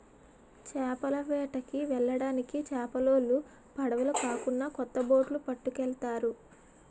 చేపల వేటకి వెళ్ళడానికి చేపలోలు పడవులు కాకున్నా కొత్త బొట్లు పట్టుకెళ్తారు